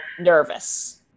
nervous